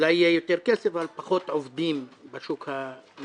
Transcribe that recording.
אולי יהיה יותר כסף, אבל פחות עובדים בשוק המקומי.